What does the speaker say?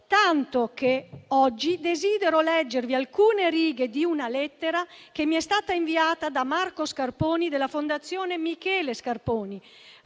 tanto che oggi desidero leggervi alcune righe di una lettera che mi è stata inviata da Marco Scarponi della Fondazione Michele Scarponi,